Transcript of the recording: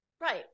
right